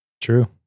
True